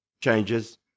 changes